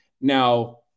now